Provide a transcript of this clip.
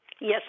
Yes